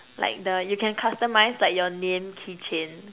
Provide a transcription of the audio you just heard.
like the you can customize like your name keychain